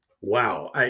wow